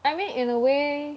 I mean in a way